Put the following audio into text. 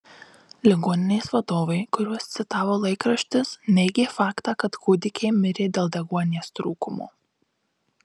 ligoninės vadovai kuriuos citavo laikraštis neigė faktą kad kūdikiai mirė dėl deguonies trūkumo